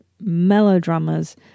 melodramas